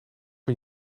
een